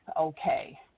okay